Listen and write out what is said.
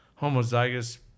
homozygous